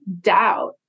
doubt